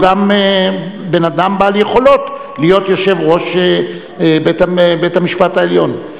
הוא גם אדם בעל יכולות להיות יושב-ראש בית-המשפט העליון.